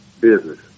business